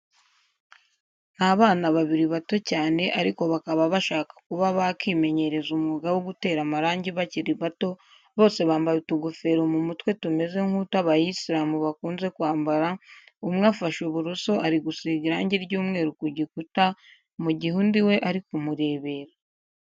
Ni abana babiri bato cyane ariko bakaba bashaka kuba bakimenyereza umwuga wo gutera amarangi bakiri bato, bose bambaye utugofero mu mutwe tumeze nk'uto abayisilamu bakunze kwambara, umwe afashe uburoso ari gusiga irangi ry'umweru ku gikuta mu gihe undi we ari kumurebera.